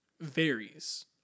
varies